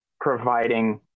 providing